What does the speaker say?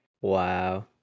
Wow